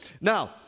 Now